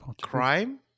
Crime